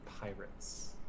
pirates